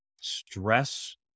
stress